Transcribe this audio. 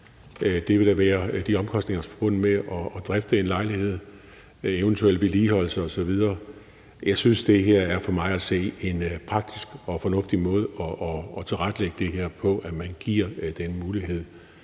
Der vil være de omkostninger forbundet med det, der er til at drifte en lejlighed, eventuelt vedligeholdelse osv. Jeg synes, at det her for mig at se er en praktisk og fornuftig måde at tilrettelægge det her på, nemlig at man giver den mulighed.